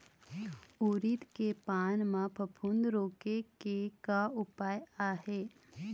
उरीद के पान म फफूंद रोके के का उपाय आहे?